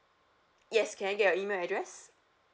yes can I get your email address